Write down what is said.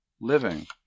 living